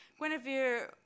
Guinevere